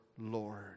Lord